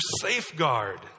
safeguard